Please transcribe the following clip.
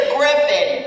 Griffin